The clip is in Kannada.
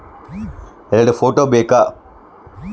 ಎರಡು ಫೋಟೋ ಬೇಕಾ?